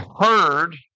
heard